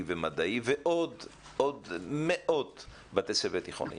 והמדעי ועוד מאות בתי ספר תיכוניים.